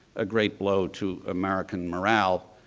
a great blow to american morale,